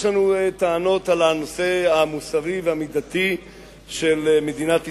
יש לנו טענות על הנושא המוסרי והמידתי של מדינת ישראל,